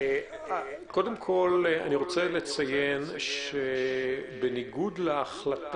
קודם כל אני רוצה לציין שבניגוד לנוהג